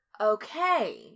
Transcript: Okay